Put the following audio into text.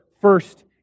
first